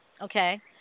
okay